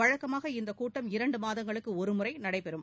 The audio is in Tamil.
வழக்கமாக இந்தக் கூட்டம் இரண்டு மாதங்களுக்கு ஒரு முறைபெறும்